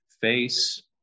face